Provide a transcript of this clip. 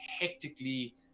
hectically